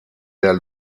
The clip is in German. der